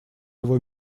его